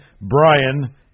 Brian